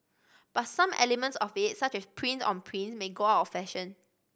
but some elements of it such as prints on prints may go out of fashion